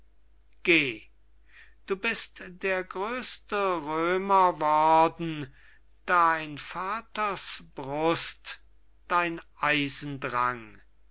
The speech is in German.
du bist der gröste römer worden da in vaters brust dein eisen drang